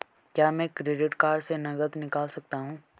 क्या मैं credit card से नकद निकाल सकता हूँ?